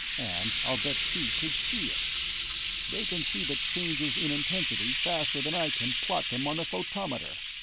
and i'll bet she could see it they can see the changes in intensity faster than i can plot them on the photometer!